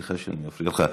סליחה שאני מפריע לך.